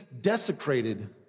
desecrated